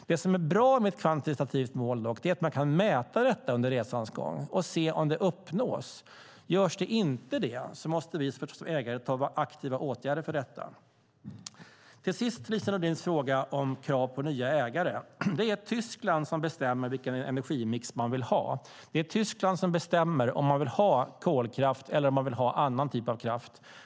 Det som är bra med ett kvantitativt mål är att man under resans gång kan mäta och se om det uppnås. Uppnås det inte måste vi som ägare vidta aktiva åtgärder för detta. Till sist, när det gäller Lise Nordins fråga om krav på nya ägare: Det är Tyskland som bestämmer vilken energimix de vill ha. Det är Tyskland som bestämmer om de vill ha kolkraft eller annan typ av kraft.